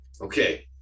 Okay